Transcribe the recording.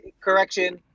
correction